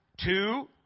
two